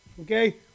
okay